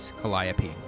Calliope